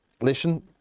listen